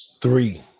three